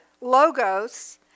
logos